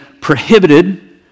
prohibited